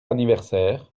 anniversaire